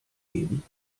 geben